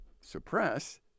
suppress